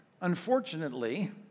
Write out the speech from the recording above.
unfortunately